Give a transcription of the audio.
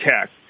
tech